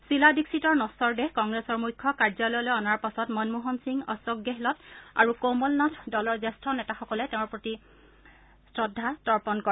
শীলা দীক্ষিতৰ নধৰ দেহ কংগ্ৰেছৰ মুখ্য কাৰ্যালয়লৈ অনাৰ পাছত মনমোহন সিং অশোক গেহলট আৰু কোমল নাথ দলৰ জ্যেষ্ঠ নেতাসকলে তেওঁৰ প্ৰতি শ্ৰদ্ধা তৰ্পণ কৰে